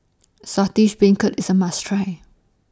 Saltish Beancurd IS A must Try